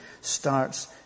starts